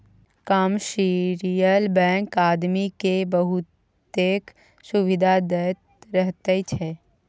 commercial bank आदमी केँ बहुतेक सुविधा दैत रहैत छै